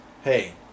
Hey